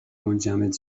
منجمد